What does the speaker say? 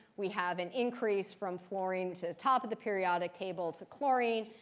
we have an increase from fluorine to the top of the periodic table to chlorine.